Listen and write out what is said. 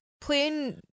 Playing